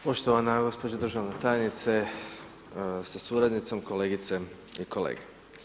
Poštovana gospođo državna tajnice sa suradnicom, kolegice i kolege.